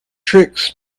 tricks